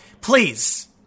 Please